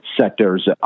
sectors